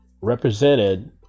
represented